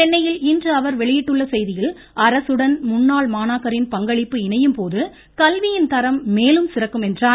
சென்னையில் இன்று அவர் வெளியிட்டுள்ள செய்தியில் அரசுடன் முன்னாள் மாணாக்கரின் பங்களிப்பு இணையும் போது கல்வியின் தரம் மேலும் சிறக்கும் என்றார்